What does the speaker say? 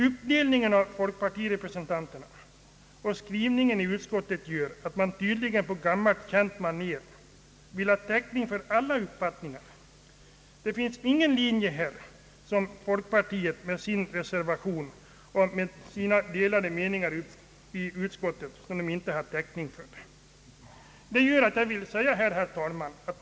Uppdelningen av folkpartiets representanter och skrivningen i utskottet visar att man tydligen på gammalt känt maner vill omfatta alla uppfattningar. Det finns ingen linje som folkpartiet inte har täckning för. Herr talman!